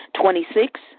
Twenty-six